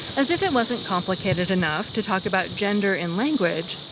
as if it wasn't complicated enough to talk about gender in language,